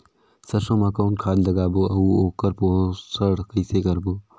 सरसो मा कौन खाद लगाबो अउ ओकर पोषण कइसे करबो?